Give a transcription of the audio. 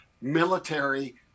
military